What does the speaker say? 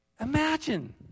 Imagine